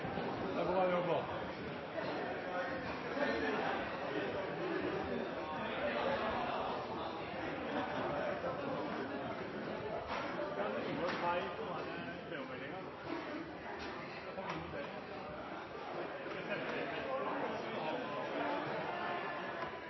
det er bra, og